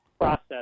process